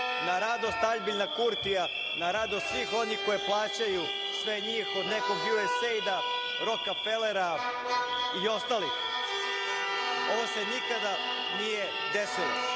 Na radost Aljbina Kurtija, na radost svih onih koje plaćaju sve njih od nekog USAID-a, Roka Felera i ostalih. Ovo se nikada nije desilo.